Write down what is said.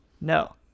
No